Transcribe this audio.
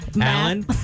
Alan